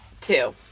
two